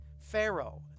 Pharaoh